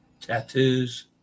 tattoos